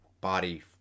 body